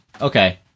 Okay